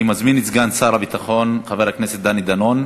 אני מזמין את סגן שר הביטחון חבר הכנסת דני דנון.